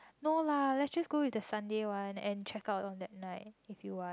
no lah let's just go with the Sunday one and check out on that night if you want